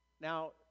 Now